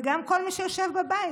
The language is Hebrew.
וגם כל מי שיושב בבית,